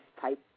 type